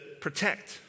protect